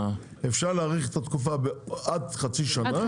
ואפשר להאריך את התקופה עד חצי שנה.